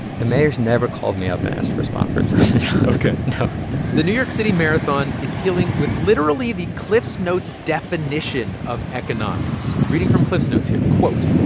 the mayor's never called me up and asked for a spot for his son-in-law ok, no the new york city marathon is dealing with literally the cliffs notes definition of economics. reading from cliffs notes here, quote,